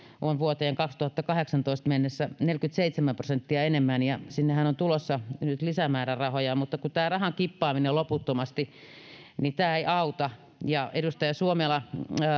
on vuoteen kaksituhattakahdeksantoista mennessä neljäkymmentäseitsemän prosenttia enemmän sinnehän on tulossa nyt lisämäärärahoja mutta kun tämä rahan kippaaminen loputtomasti ei auta edustaja suomela